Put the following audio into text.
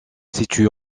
situe